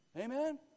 Amen